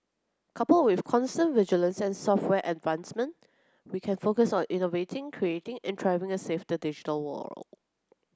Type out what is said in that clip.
coupled with constant vigilance and software advancement we can focus on innovating creating and thriving a safer digital world